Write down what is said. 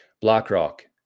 BlackRock